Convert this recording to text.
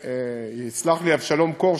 יסלח לי אבשלום קור,